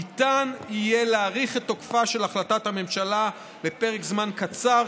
ניתן יהיה להאריך את תוקפה של החלטת הממשלה בפרק זמן קצר,